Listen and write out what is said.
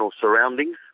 surroundings